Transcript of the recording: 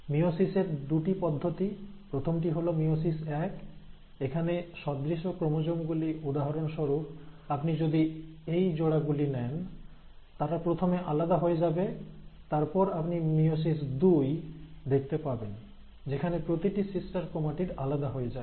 মিয়োসিসের দুটি পদ্ধতি প্রথমটি হল মিয়োসিস এক এখানে সদৃশ্য ক্রোমোজোম গুলি উদাহরণস্বরূপ আপনি যদি এই জোড়া গুলি নেন তারা প্রথমে আলাদা হয়ে যাবে তারপর আপনি মিয়োসিস দুই দেখতে পাবেন যেখানে প্রতিটি সিস্টার ক্রোমাটিড আলাদা হয়ে যায়